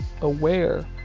aware